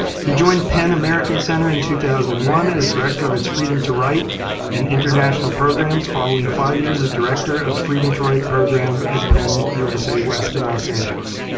he joined pen american center in two thousand and one as director of its freedom to write and international programs following five years as director of freedom to write program at pen usa west in los angeles.